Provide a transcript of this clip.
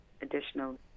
additional